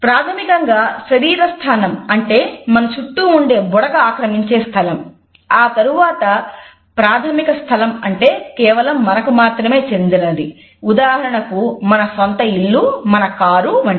ప్రాథమికంగా శరీర స్థానం అంటే మన చుట్టూ ఉండే బుడగ ఆక్రమించే స్థలం ఆ తరువాత ప్రాథమిక స్థలం అంటే కేవలం మనకు మాత్రమే చెందినది ఉదాహరణకు మన సొంత ఇల్లు మన కారు వంటివి